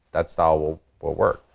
that style will will work.